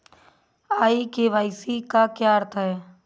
ई KYC का क्या अर्थ होता है?